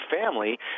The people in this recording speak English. family